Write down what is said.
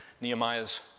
Nehemiah's